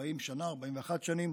41 שנים